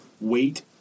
wait